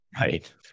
Right